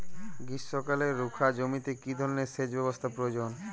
গ্রীষ্মকালে রুখা জমিতে কি ধরনের সেচ ব্যবস্থা প্রয়োজন?